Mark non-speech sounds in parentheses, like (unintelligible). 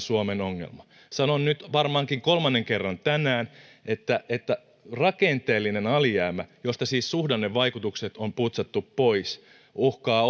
(unintelligible) suomen ongelma sanon nyt varmaankin kolmannen kerran tänään että että rakenteellinen alijäämä josta siis suhdannevaikutukset on putsattu pois uhkaa (unintelligible)